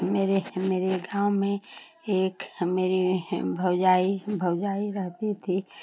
मेरे मेरे गाँव में एक ह मेरे हैं भौजाई भौजाई रहती थी